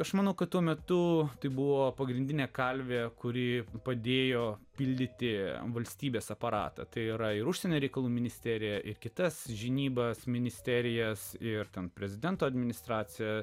aš manau kad tuo metu buvo pagrindinė kalvė kuri padėjo pildyti valstybės aparatą tai yra ir užsienio reikalų ministerija ir kitas žinybas ministerijas ir ten prezidento administraciją